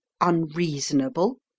unreasonable